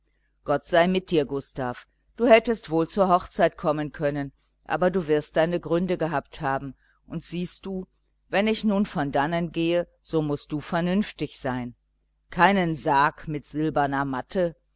gott sei mit dir gustav du hättest wohl zur hochzeit kommen können aber du wirst deine gründe gehabt haben und siehst du wenn ich nun von dannen gehe so mußt du vernünftig sein keinen sarg mit silberner matte